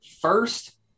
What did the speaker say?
First